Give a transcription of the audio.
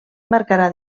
marcarà